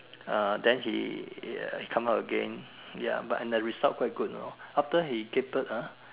uh then he uh he come out again ya but and the result quite good you know after he gave birth ah